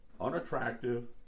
unattractive